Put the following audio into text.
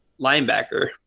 linebacker